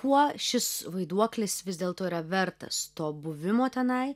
kuo šis vaiduoklis vis dėlto yra vertas to buvimo tenai